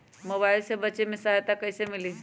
Mobile से बेचे में सहायता कईसे मिली?